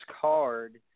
card